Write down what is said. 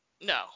no